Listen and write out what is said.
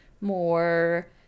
more